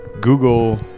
Google